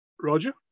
Roger